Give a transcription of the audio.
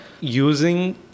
using